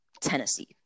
Tennessee